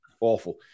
awful